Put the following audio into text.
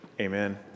Amen